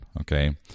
okay